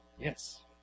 yes